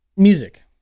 Music